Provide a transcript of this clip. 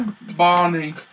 Barney